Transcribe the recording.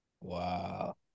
Wow